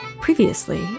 Previously